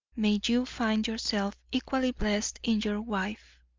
may you find yourself equally blessed in your wife.